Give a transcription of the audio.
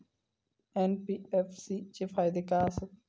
NBFC चे फायदे खाय आसत?